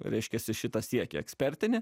reiškiasi šitą siekį ekspertinį